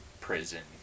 prison